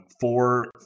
four